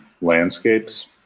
landscapes